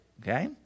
Okay